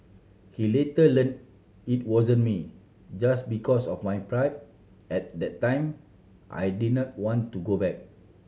he later learn it wasn't me just because of my pride at the time I didn't want to go back